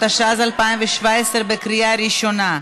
התשע"ז 2017, בקריאה ראשונה.